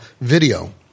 video